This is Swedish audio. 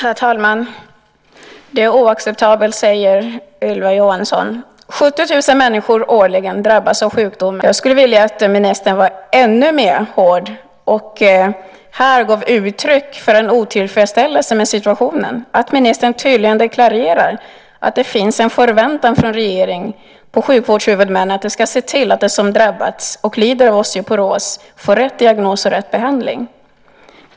Herr talman! Det är oacceptabelt, säger Ylva Johansson. 70 000 människor drabbas årligen av sjukdomen. Jag skulle vilja att ministern var ännu hårdare och här gav uttryck för en otillfredsställelse med situationen, att ministern tydligt deklarerar att det finns en förväntan från regeringen på sjukvårdshuvudmännen att de ska se till att de som drabbats och lider av osteoporos får rätt diagnos och rätt behandling.